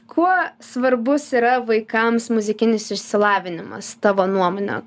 kuo svarbus yra vaikams muzikinis išsilavinimas tavo nuomone